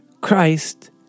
Christ